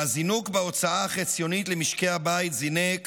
והזינוק בהוצאה החציונית למשקי הבית זינק